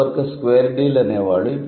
ఇదివరకు square deal అనేవారు